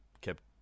kept